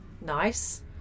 Nice